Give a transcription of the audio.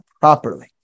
properly